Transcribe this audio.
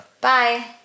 Bye